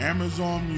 Amazon